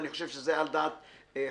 ואני חושב שזה על דעת חבריי,